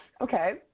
Okay